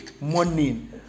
morning